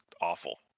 awful